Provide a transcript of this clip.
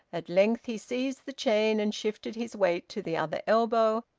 at length he seized the chain, and, shifting his weight to the other elbow,